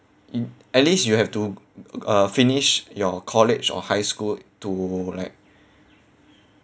in at least you have to uh finish your college or high school to like